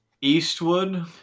Eastwood